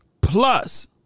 plus